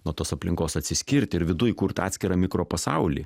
nuo tos aplinkos atsiskirti ir viduj kurt atskirą mikropasaulį